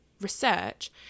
research